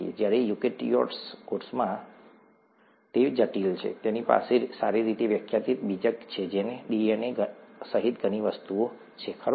જ્યારે યુકેરીયોટિક કોષમાં તે જટિલ છે તેની પાસે સારી રીતે વ્યાખ્યાયિત બીજક છે જેમાં ડીએનએ સહિત ઘણી વસ્તુઓ છે ખરું ને